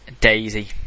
Daisy